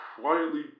quietly